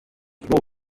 the